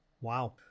wow